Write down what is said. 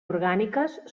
orgàniques